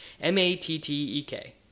M-A-T-T-E-K